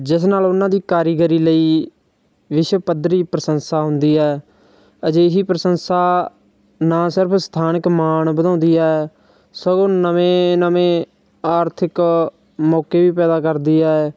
ਜਿਸ ਨਾਲ ਉਹਨਾਂ ਦੀ ਕਾਰੀਗਰੀ ਲਈ ਵਿਸ਼ਵ ਪੱਧਰੀ ਪ੍ਰਸ਼ੰਸਾ ਹੁੰਦੀ ਹੈ ਅਜਿਹੀ ਪ੍ਰਸ਼ੰਸਾ ਨਾ ਸਿਰਫ ਸਥਾਨਕ ਮਾਣ ਵਧਾਉਂਦੀ ਹੈ ਸਗੋਂ ਨਵੇਂ ਨਵੇਂ ਆਰਥਿਕ ਮੌਕੇ ਵੀ ਪੈਦਾ ਕਰਦੀ ਹੈ